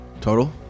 Total